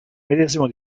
medesimo